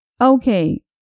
Okay